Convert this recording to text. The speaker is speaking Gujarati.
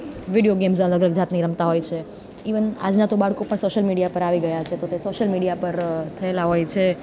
વિડીયો ગેમ્ઝ અલગ અલગ જાતની રમતાં હોય છે ઇવન આજનાં તો બાળકો પણ સોશલ મીડિયા પર આવી ગયાં છે તો તે સોશલ મીડિયા પર થએલાં હોય છે